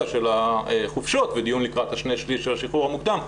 של החופשות ודיון לקראת ה-2/3 של השחרור המוקדם.